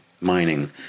mining